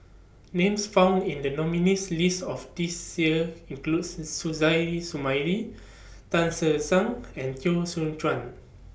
Names found in The nominees' list of This Year includes Suzairhe Sumari Tan Che Sang and Teo Soon Chuan